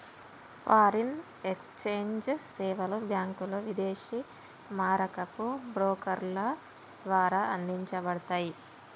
foreign exchange సేవలు బ్యాంకులు, విదేశీ మారకపు బ్రోకర్ల ద్వారా అందించబడతయ్